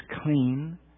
clean